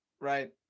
Right